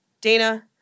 Dana